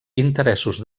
interessos